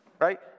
right